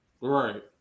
Right